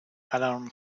alarm